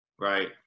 right